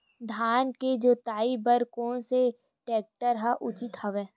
धान के जोताई बर कोन से टेक्टर ह उचित हवय?